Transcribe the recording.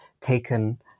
taken